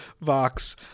Vox